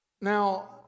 Now